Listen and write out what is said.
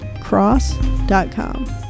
cross.com